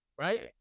Right